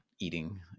eating